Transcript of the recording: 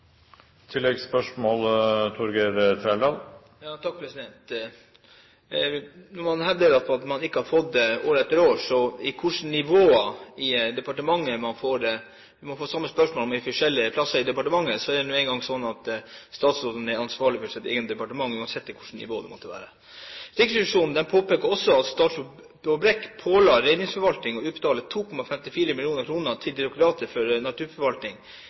Når man hevder at man ikke har fått merknader år etter år når det gjelder på hvilke nivåer i departementet man får det, om man får samme spørsmål på forskjellige nivåer i departementet, er det nå engang sånn at statsråden er ansvarlig for sitt eget departement uansett hvilket nivå det måtte være. Riksrevisjonen påpeker også at statsråd Brekk påla Reindriftsforvaltningen å utbetale 2,54 mill. kr til Direktoratet for naturforvaltning